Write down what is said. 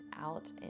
out